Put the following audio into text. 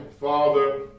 father